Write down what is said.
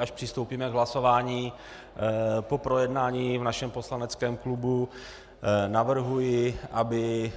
Až přistoupíme k hlasování po projednání v našem poslaneckém klubu, navrhuji, aby